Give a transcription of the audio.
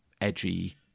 edgy